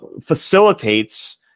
facilitates